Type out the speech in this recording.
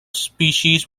species